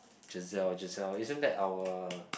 Giselle Giselle isn't that our